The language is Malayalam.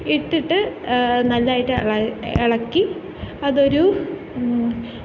ഇട്ടിട്ട് നല്ലായിട്ട് ഇളക്കി അതൊരു